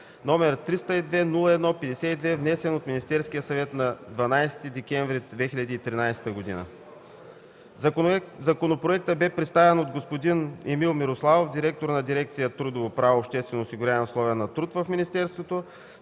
№ 302-01-52, внесен от Министерския съвет на 12 декември 2013 г. Законопроектът бе представен от господин Емил Мирославов, директор на дирекция „Трудово право, обществено осигуряване и условия на труд” в Министерство